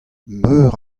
meur